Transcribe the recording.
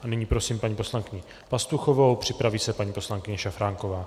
A nyní prosím paní poslankyní Pastuchovou, připraví se paní poslankyně Šafránková.